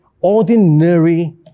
ordinary